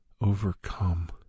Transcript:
overcome